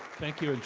thank you,